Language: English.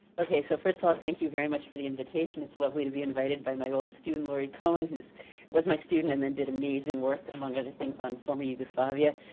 okay, so first of all thank you very much for the invitation. it's lovely to be invited by my old student laurie cohen, who was my student and then did amazing work, among other things, on former yugoslavia,